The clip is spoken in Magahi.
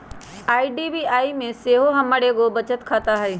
आई.डी.बी.आई में सेहो हमर एगो बचत खता हइ